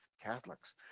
Catholics